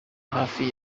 hafi